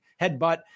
headbutt